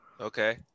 Okay